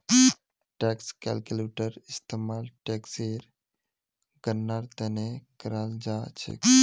tax calculator इस्तेमाल टेक्सेर गणनार त न कराल जा छेक